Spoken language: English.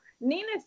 Nina